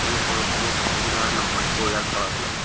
তেওঁলোকৰ কোনো অসুবিধা নহয় পৰিয়াল চলাবলৈ